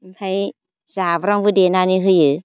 ओमफ्राय जाब्रांबो देनानै होयो